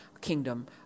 kingdom